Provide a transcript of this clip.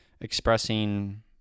expressing